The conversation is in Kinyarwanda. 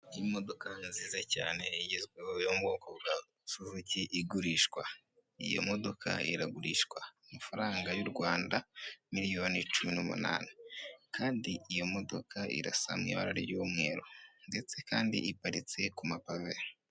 Imodoka ni nziza cyane igezweho yo mu bwoko bwa Suzuki igurishwa, iyi modoka iragurishwa amafaranga y'u Rwanda, miliyoni cumi n'umunani, kandi iyo modoka irasa mu ibara ry'umweru ndetse kandi iparitse ku mapave.